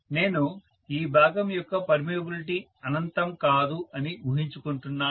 నేను ఈ భాగం యొక్క పర్మియబిలిటీ అనంతం కాదు అని ఊహించుకుంటున్నాను